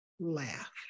laugh